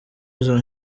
izo